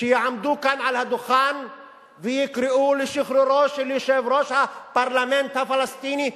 שיעמדו כאן על הדוכן ויקראו לשחרורו של יושב-ראש הפרלמנט הפלסטיני,